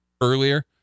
earlier